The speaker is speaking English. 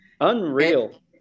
unreal